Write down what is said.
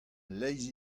leizh